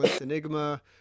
Enigma